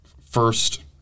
first